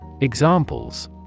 Examples